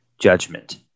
Judgment